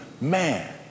man